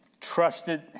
trusted